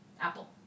Apple